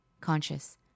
conscious